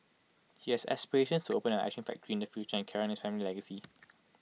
he has aspirations to open an Ice Cream factory in the future and carry on his family legacy